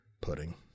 Pudding